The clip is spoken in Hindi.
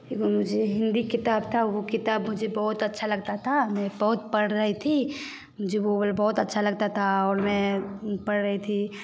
एगो मुझे हिंदी किताब थी वह किताब मुझे बहुत अच्छा लगता था मैं बहुत पढ़ रही थी जो वह बहुत अच्छी लगती थी और मैं पढ़ रही थी